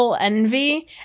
Envy